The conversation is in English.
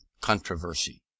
Controversy